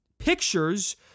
Pictures